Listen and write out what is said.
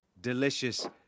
Delicious